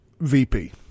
VP